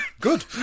Good